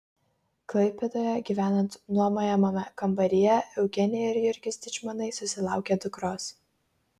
klaipėdoje gyvenant nuomojamame kambaryje eugenija ir jurgis dyčmonai susilaukė dukros